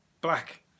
black